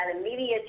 immediate